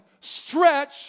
stretch